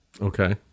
okay